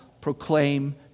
proclaim